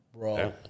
Bro